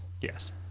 Yes